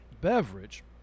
beverage